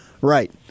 Right